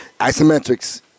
isometrics